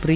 pre